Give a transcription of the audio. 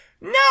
no